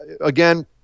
again